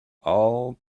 all